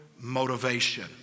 motivation